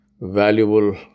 valuable